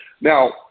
Now